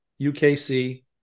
UKC